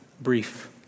brief